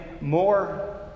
more